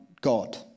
God